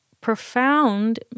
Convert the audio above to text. profound